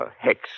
hex